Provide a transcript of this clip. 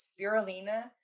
spirulina